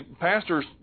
pastors